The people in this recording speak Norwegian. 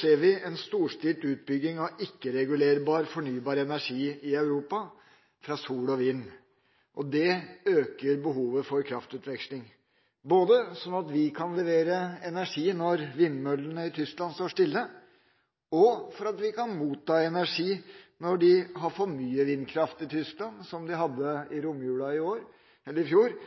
ser vi en storstilt utbygging av ikke-regulerbar fornybar energi i Europa, fra sol og vind. Det øker behovet for kraftutveksling, både sånn at vi kan levere energi når vindmøllene i Tyskland står stille, og for at vi kan motta energi når de har for mye vindkraft i Tyskland, som de hadde i romjula i